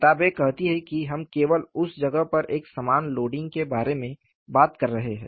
किताबें कहती हैं कि हम केवल उस जगह पर एक समान लोडिंग के बारे में बात कर रहे हैं